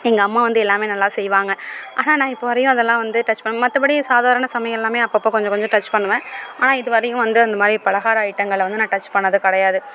எங்கள் அம்மா வந்து எல்லாமே நல்லா செய்வாங்க ஆனால் நான் இப்போ வரையும் அதலாம் வந்து டச் மற்றபடி சாதாரண சமையலாம் அப்பப்போ கொஞ்சம் கொஞ்சம் டச் பண்ணுவேன் ஆனால் இது வரையும் வந்து அந்த மாதிரி பலகார ஐட்டங்களை வந்து நான் டச் பண்ணது கிடையாது